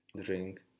drink